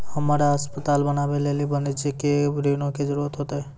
हमरा अस्पताल बनाबै लेली वाणिज्यिक ऋणो के जरूरत होतै